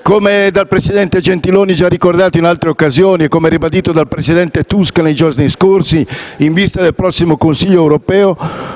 Come dal presidente Gentiloni Silveri già ricordato in altre occasioni e come ribadito dal presidente Tusk nei giorni scorsi in vista del prossimo Consiglio europeo,